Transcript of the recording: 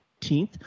18th